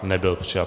Nebyl přijat.